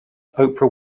oprah